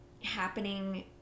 happening